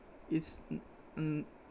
it's mm mm